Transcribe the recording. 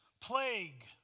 plague